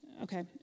Okay